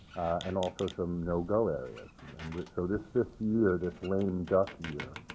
and also some no-go areas and and so this this year, this lame-duck year,